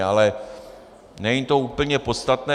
Ale není to úplně podstatné.